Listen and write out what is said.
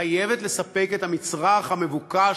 חייבת לספק את המצרך המבוקש,